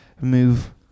move